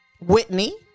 Whitney